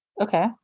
Okay